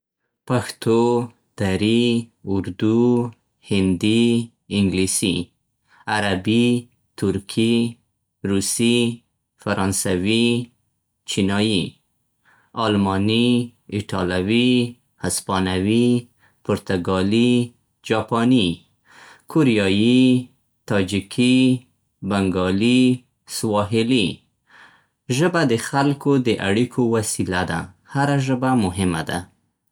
پښتو، دري، اردو، هندي، انګلیسي. عربي، ترکي، روسي، فرانسوي، چینایي. آلماني، ایټالوي، هسپانوي، پرتګالي، جاپاني. کوریايي، تاجکي، بنګالي، سواحلي. ژبه د خلکو د اړیکو وسیله ده، هره ژبه مهمه ده.